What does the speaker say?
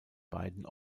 beiden